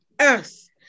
earth